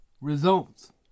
results